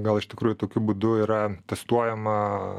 gal iš tikrųjų tokiu būdu yra testuojama